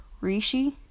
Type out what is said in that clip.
Rishi